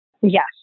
Yes